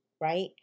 right